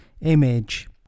image